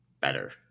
Better